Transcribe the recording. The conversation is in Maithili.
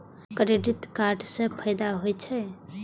क्रेडिट कार्ड से कि फायदा होय छे?